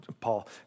Paul